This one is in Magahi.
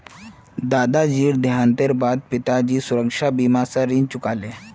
दादाजीर देहांतेर बा द पिताजी सुरक्षा बीमा स ऋण चुका ले